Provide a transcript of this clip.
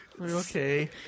Okay